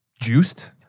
Juiced